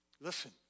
Listen